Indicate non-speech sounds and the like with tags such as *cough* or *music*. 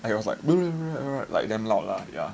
it was like *noise* like damn loud lah ya